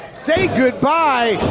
say goodbye!